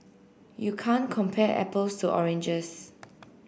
you can't compare apples to oranges